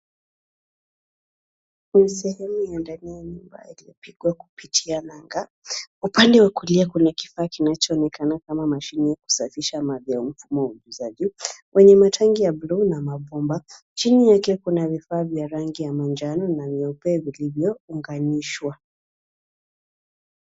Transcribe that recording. Kwenye sehemu ya ndani ya nyumba iliyopikwa kupitia nanga, upande wa kulia kuna kiaa kinachoonekana kama mashine ya kusafisha maji ya mfumo wa ukuzaji kwenye matangi ya bluu na mabomba. Chini yake kuna vifaa vya rangi ya manjano na nyeupe vilivyo unganishwa.